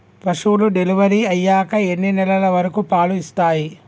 పశువులు డెలివరీ అయ్యాక ఎన్ని నెలల వరకు పాలు ఇస్తాయి?